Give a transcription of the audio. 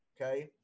Okay